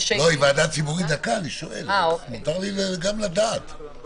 נטען פה, שלא יידרשו תוספות תקציביות.